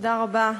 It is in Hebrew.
תודה רבה.